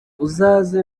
uzaze